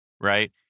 Right